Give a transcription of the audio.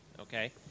Okay